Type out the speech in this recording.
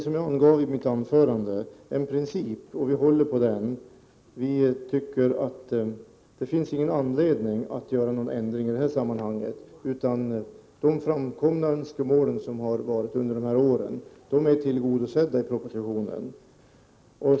Som jag angav i mitt huvudanförande är det en princip, och vi håller på den. Vi tycker att det inte finns anledning att göra någon ändring i det sammanhanget. De önskemål som framkommit under åren är tillgodosedda i propositionen.